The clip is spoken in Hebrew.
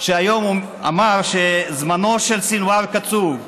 שהיום אמר שזמנו של סנוואר קצוב.